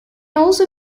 also